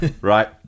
right